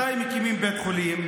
מתי מקימים בית חולים?